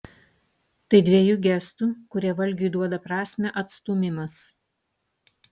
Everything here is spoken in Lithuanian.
tai dvejų gestų kurie valgiui duoda prasmę atstūmimas